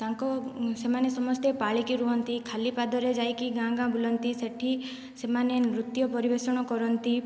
ତାଙ୍କ ସେମାନେ ସମସ୍ତେ ପାଳିକି ରୁହନ୍ତି ଖାଲି ପାଦରେ ଯାଇକି ଗାଁ ଗାଁ ବୁଲନ୍ତି ସେଠି ସେମାନେ ନୃତ୍ୟ ପରିବେଷଣ କରନ୍ତି